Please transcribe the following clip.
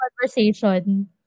conversation